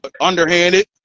underhanded